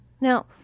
Now